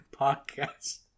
podcast